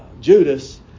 Judas